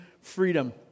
freedom